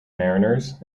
mariners